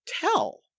Tell